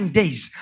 days